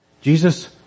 Jesus